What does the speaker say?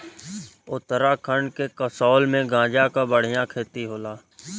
उत्तराखंड के कसोल में गांजा क बढ़िया खेती होला